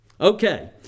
Okay